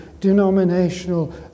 denominational